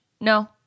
No